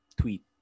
tweet